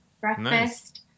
breakfast